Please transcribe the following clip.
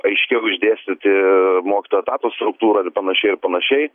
aiškiau išdėstyti mokytojų etato struktūrą ir panašiai ir panašiai